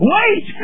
Wait